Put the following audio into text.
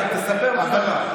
תספר מה קרה.